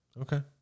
Okay